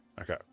Okay